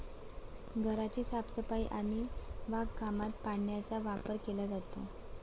घराची साफसफाई आणि बागकामात पाण्याचा वापर केला जातो